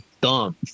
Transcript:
dumb